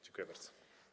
Dziękuję bardzo.